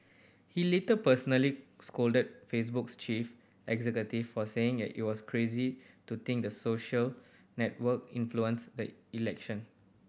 he later personally scolded Facebook's chief executive for saying it it was crazy to think the social network influenced the election